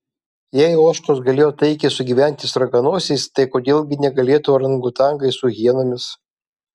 jei ožkos galėjo taikiai sugyventi su raganosiais tai kodėl gi negalėtų orangutangai su hienomis